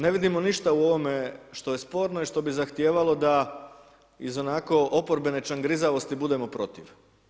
Ne vidimo ništa u ovome što je sporno i što bi zahtijevalo da iz onako oporbene čangrizavosti budemo protiv.